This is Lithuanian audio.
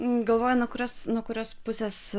galvoju nuo kurios nuo kurios pusės